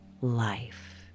life